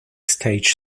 stage